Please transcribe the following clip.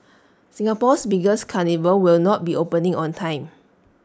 Singapore's biggest carnival will not be opening on time